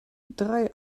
drei